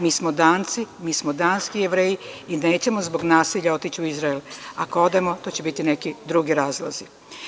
Mi smo Danci, mi smo danski Jevreji i nećemo zbog nasilja otići u Izrael, ako odemo to će biti neki drugi razlozi.